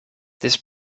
this